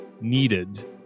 needed